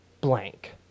blank